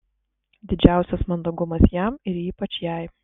didžiausias mandagumas jam ir ypač jai